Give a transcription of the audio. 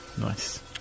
Nice